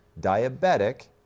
diabetic